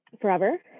forever